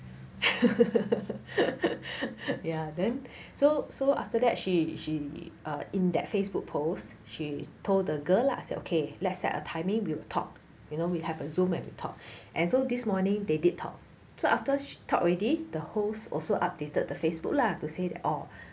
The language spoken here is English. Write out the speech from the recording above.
ya then so so after that she she ah in that facebook post she told the girl lah say okay let's set a timing we'll talk you know we'll have a zoom and we talk and so this morning they did talk so after she talk already the host also updated the facebook lah to say that orh